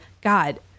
God